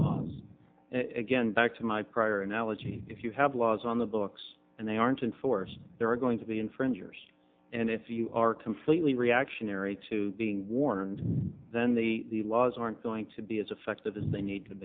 law again back to my prior analogy if you have laws on the books and they aren't enforced there are going to be infringers and if you are completely reactionary to being warned then the laws aren't going to be as effective as they need to